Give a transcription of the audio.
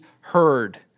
heard